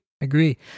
agree